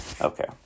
okay